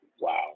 wow